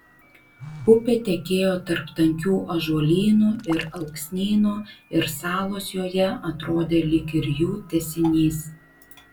upė tekėjo tarp tankių ąžuolynų ir alksnynų ir salos joje atrodė lyg ir jų tęsinys